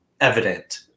evident